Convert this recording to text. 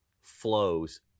flows